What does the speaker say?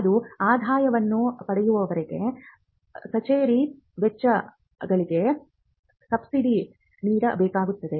ಅದು ಆದಾಯವನ್ನು ಪಡೆಯುವವರೆಗೆ ಕಚೇರಿಯ ವೆಚ್ಚಗಳಿಗೆ ಸಬ್ಸಿಡಿ ನೀಡಬೇಕಾಗುತ್ತದೆ